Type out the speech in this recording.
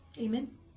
Amen